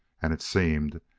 and it seemed,